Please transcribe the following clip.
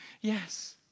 Yes